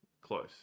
Close